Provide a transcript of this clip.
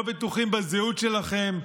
לא בטוחים בזהות שלכם,